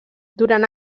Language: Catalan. durant